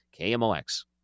KMOX